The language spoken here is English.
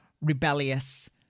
rebellious